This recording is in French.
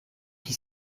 qui